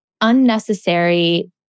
unnecessary